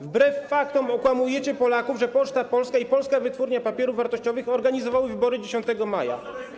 Wbrew faktom okłamujecie Polaków, że Poczta Polska i Państwowa Wytwórnia Papierów Wartościowych organizowały wybory 10 maja.